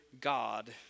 God